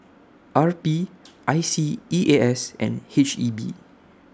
R P I S E A S and H E B